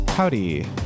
Howdy